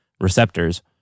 receptors